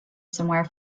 somewhere